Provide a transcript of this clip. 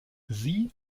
sie